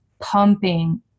pumping